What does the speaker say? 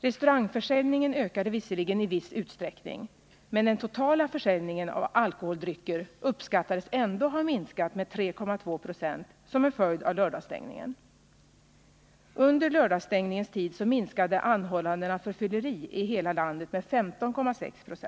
Restaurangförsäljningen ökade visserligen i viss utsträckning, men den totala försäljningen av alkoholdrycker uppskattades ändå ha minskat med 3,2 20 som en följd av lördagsstängningen.